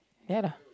ya lah